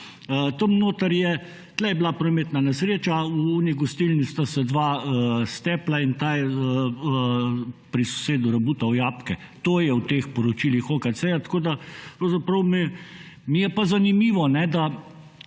je bila prometna nesreča, v tisti gostilni sta se dva stepla in ta je pri sosedu rabutal jabolke. To je v teh poročilih OKC-ja. Pravzaprav mi je pa zanimivo, da